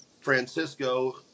Francisco